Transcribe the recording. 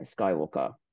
Skywalker